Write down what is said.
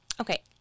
okay